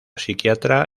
psiquiatra